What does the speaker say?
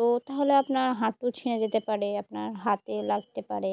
তো তাহলে আপনার হাঁটু ছিঁড়ে যেতে পারে আপনার হাতে লাগতে পারে